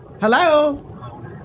Hello